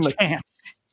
chance